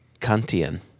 Kantian